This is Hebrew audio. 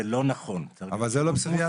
זה לא נכון --- אבל זה לא --- כן,